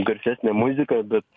garsesnė muzika bet